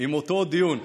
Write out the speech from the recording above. עם אותו דיון,